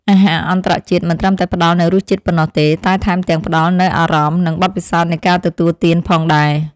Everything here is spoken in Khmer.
អាហារអន្តរជាតិមិនត្រឹមតែផ្ដល់នូវរសជាតិប៉ុណ្ណោះទេ តែថែមទាំងផ្ដល់នូវអារម្មណ៍ និងបទពិសោធន៍នៃការទទួលទានផងដែរ។